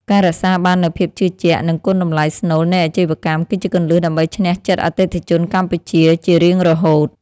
ការរក្សាបាននូវភាពជឿជាក់ និងគុណតម្លៃស្នូលនៃអាជីវកម្ម គឺជាគន្លឹះដើម្បីឈ្នះចិត្តអតិថិជនកម្ពុជាជារៀងរហូត។